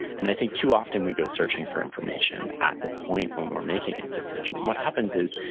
and, i think, too often, we go searching for information at the point when we're making a decision, and what happens is,